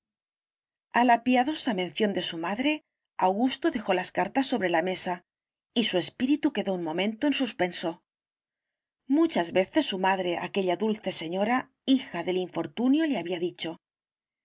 la piadosa mención de su madre augusto dejó las cartas sobre la mesa y su espíritu quedó un momento en suspenso muchas veces su madre aquella dulce señora hija del infortunio le había dicho